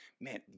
man